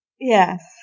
Yes